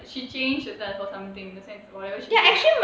she change herself or something in the sense or whatever she's